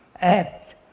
act